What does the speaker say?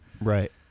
Right